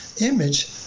image